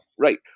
right